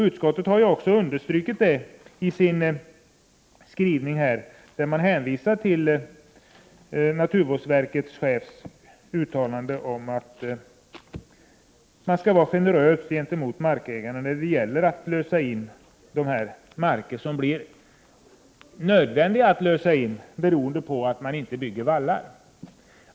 Utskottet har ju också understrukit detta i sin skrivning, där man hänvisar till naturvårdsverkets chefs uttalande om att man skall vara generös gentemot markägarna när det gäller att lösa in de marker som det blir nödvändigt att lösa in, beroende på att man inte bygger vallar.